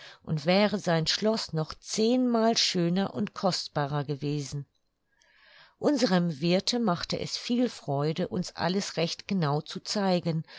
und wäre sein schloß noch zehnmal schöner und kostbarer gewesen unserem wirthe machte es viel freude uns alles recht genau zu zeigen